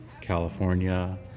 California